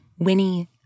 Winnie